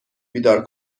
بیدار